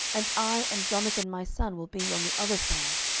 and i and jonathan my son will be on the other side.